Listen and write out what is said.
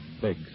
big